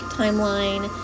timeline